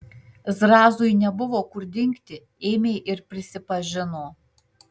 zrazui nebuvo kur dingti ėmė ir prisipažino